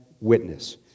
witness